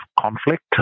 conflict